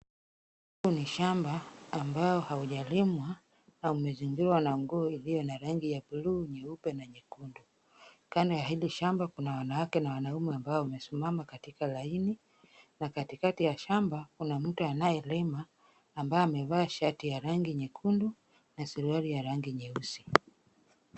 Hii ni shamba ambalo halijalimwa na umezingirwa na nguo ulio na rangi ya buluu, nyeupe na nyekundu. Kando ya hili shamba kuna wanawake na wanaume ambao wamesimama katika laini, na katikati ya shamba kuna mtu anayelima, ambaye amevaa shati ya rangi nyekundu na suruali ya rangi nyeusi.